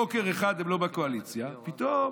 בוקר אחד הם לא בקואליציה, פתאום